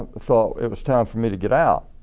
thought it was time for me to get out.